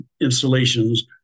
installations